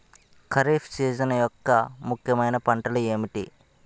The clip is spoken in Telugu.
ఖరిఫ్ సీజన్ యెక్క ముఖ్యమైన పంటలు ఏమిటీ?